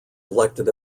elected